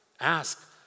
Ask